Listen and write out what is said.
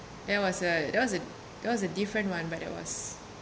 that was a that was a that was a different [one] but that was